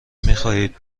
میخواهید